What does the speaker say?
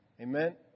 Amen